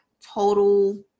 total